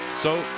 so,